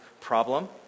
problem